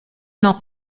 noch